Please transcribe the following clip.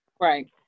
Right